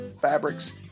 fabrics